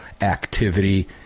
activity